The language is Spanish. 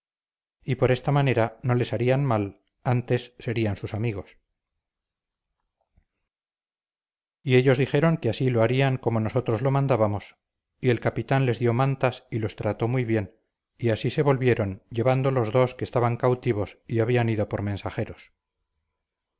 y por esta manera no les harían mal antes serían sus amigos y ellos dijeron que así lo harían como nosotros lo mandábamos y el capitán les dio mantas y los trató muy bien y así se volvieron llevando los dos que estaban cautivos y habían ido por mensajeros